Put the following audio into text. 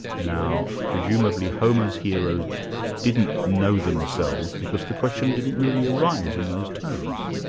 now presumably homer's heroes didn't know themselves, because the question didn't really arise in those terms.